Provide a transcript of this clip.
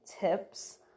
tips